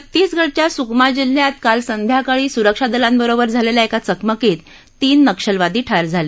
छत्तीसगडच्या सुकमा जिल्ह्यात काल संध्याकाळी सुरक्षा दलांबरोबर झालेल्या एका चकमकीत तीन नक्षलवादी ठार झाले